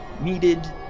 needed